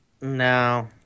No